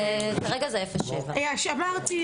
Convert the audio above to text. אבל כרגע זה 07. אמרתי,